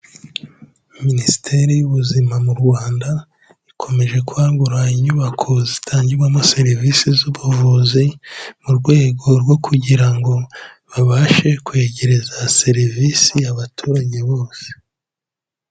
Minisiteri y'ubuzima mu Rwanda ikomeje kwagura inyubako zitangirwamo serivise z'ubuvuzi, mu rwego rwo kugira ngo babashe kwegereza serivisi abaturage bose.